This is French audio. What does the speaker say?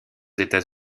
états